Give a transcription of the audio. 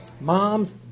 Moms